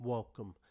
Welcome